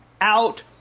out